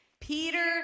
Peter